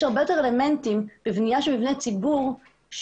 יש הרבה יותר אלמנטים בבנייה של מבני ציבור שמקשים